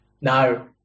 No